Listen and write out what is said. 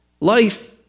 Life